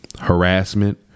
harassment